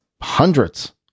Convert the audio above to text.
hundreds